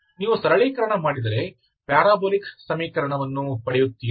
ನೀವು ಸರಳೀಕರಣ ಮಾಡಿದರೆ ಪ್ಯಾರಾಬೋಲಿಕ್ ಸಮೀಕರಣವನ್ನು ಪಡೆಯುತ್ತೀರಿ